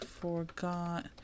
forgot